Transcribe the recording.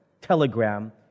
telegram